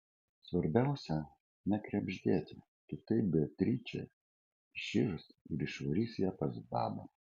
svarbiausia nekrebždėti kitaip beatričė įširs ir išvarys ją pas babą